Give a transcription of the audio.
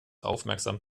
aufmerksam